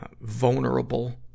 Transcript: vulnerable